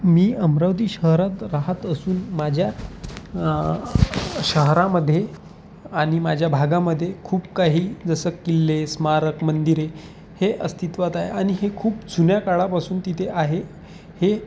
मी अमरावती शहरात राहात असून माझ्या शहरामध्ये आणि माझ्या भागामध्ये खूप काही जसं किल्ले स्मारक मंदिरे हे अस्तित्वात आहे आणि हे खूप जुन्या काळापासून तिथे आहे हे